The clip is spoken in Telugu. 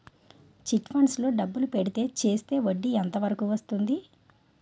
చిట్ ఫండ్స్ లో డబ్బులు పెడితే చేస్తే వడ్డీ ఎంత వరకు వస్తుంది?